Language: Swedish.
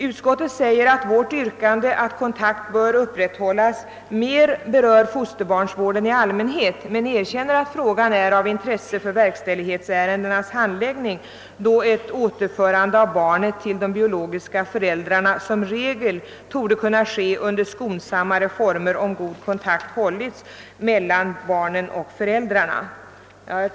Utskottet skriver att vårt yrkande, att kontakt bör upprätthållas, mer berör fosterbarnsvården i allmänhet men erkänner att frågan är av intresse för verkställighetsärendenas handläggning, då ett återförande av barnet till de biologiska föräldrarna som regel torde kunna ske under skonsammare former, om god kontakt hållits mellan barnen och föräldrarna.